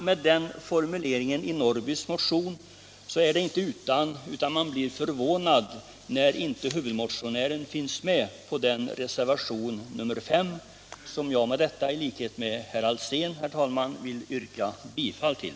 Med den formuleringen i herr Norrbys motion är det inte utan att man blir förvånad när inte huvudmotionären finns med på reservationen 5, som jag med detta — i likhet med herr Alsén — vill yrka bifall till.